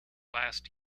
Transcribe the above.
last